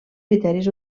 criteris